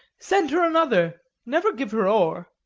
send her another never give her o'er,